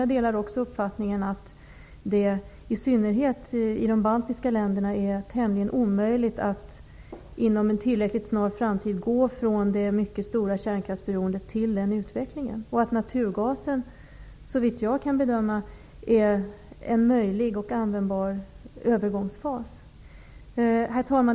Jag delar också uppfattningen att det i synnerhet i de baltiska länderna är tämligen omöjligt att inom en tillräckligt snar framtid gå från det mycket stora kärnkraftsberoendet till den utvecklingen. Naturgasen är såvitt jag kan bedöma en möjlig och användbar övergångsfas. Herr talman!